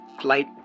Flight